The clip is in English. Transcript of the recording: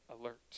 alert